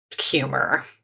humor